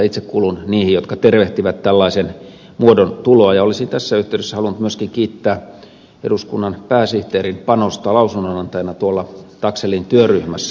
itse kuulun niihin jotka tervehtivät tällaisen muodon tuloa ja olisin tässä yhteydessä halunnut myöskin kiittää eduskunnan pääsihteerin panosta lausunnonantajana taxellin työryhmässä